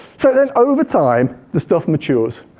so then, over time, the stuff matures.